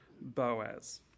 Boaz